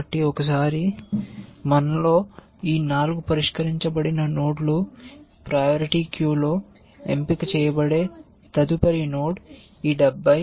కాబట్టి ఈ 4 పరిష్కరించబడిన నోడ్లు ప్రయారిటీా క్యూలో ఎంపిక చేయబడే తదుపరి నోడ్ ఈ 70